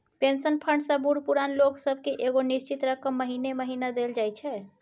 pension fund सँ बूढ़ पुरान लोक सब केँ एगो निश्चित रकम महीने महीना देल जाइ छै